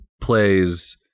plays